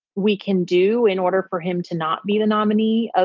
we can do in order for him to not be the nominee. ah